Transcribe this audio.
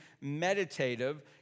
meditative